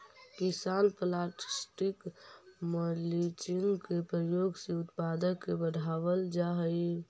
किसान plastic mulching के प्रयोग से उत्पादक के बढ़ावल जा हई